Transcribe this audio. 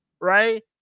Right